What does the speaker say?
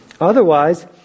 Otherwise